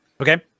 Okay